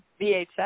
VHS